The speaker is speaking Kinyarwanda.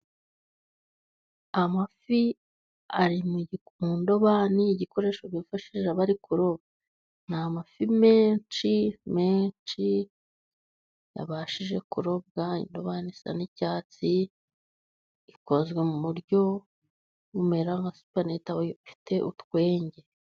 Amafi ari mu ndobani igikoresho bifashije bari kuroba. Ni amafi menshi menshi yabashije kurobwa. Indobani isa n'icyatsi, ikozwe mu buryo bumera nka supanete ifite utwenge.